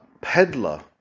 peddler